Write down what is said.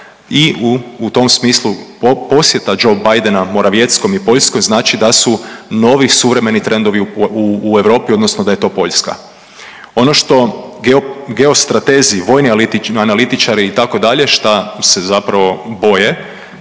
i u tom smislu posjeta Joea Bidena Morawieckom i Poljskoj znači da su novi suvremeni trendovi u Europi odnosno da je to Poljska. Ono što geostratezi vojni analitičari itd. šta se zapravo boje